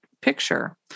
picture